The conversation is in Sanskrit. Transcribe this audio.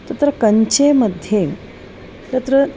तत्र कञ्चेमध्ये तत्र